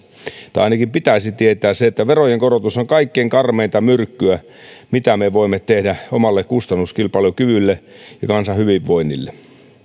tai ainakin pitäisi tietää sen että verojen korotus on kaikkein karmeinta myrkkyä mitä me voimme tehdä meidän omalle kustannuskilpailukyvylle ja kansan hyvinvoinnille